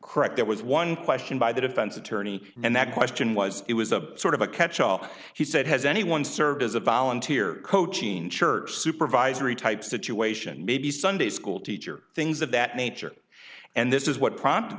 correct that was one question by the defense attorney and that question was it was a sort of a catch up he said has anyone served as a volunteer coaching church supervisory type situation maybe sunday school teacher things of that nature and this is what prompted